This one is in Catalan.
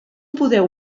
podeu